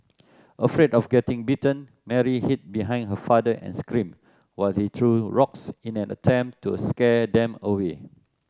afraid of getting bitten Mary hid behind her father and screamed while he threw rocks in an attempt to scare them away